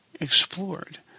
explored